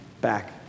back